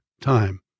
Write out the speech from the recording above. time